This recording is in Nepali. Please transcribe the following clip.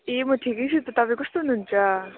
ए म ठिकै छु त तपाईँ कस्तो हुनुहुन्छ